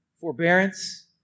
forbearance